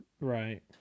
Right